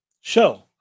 show